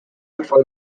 before